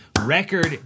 Record